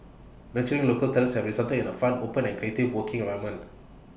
nurturing local talents has resulted in A fun open and creative working environment